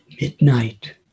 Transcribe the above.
midnight